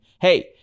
Hey